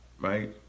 right